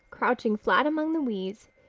crouching flat among the weeds,